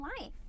life